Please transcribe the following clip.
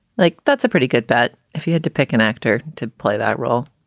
like, that's a pretty good bet if he had to pick an actor to play that role.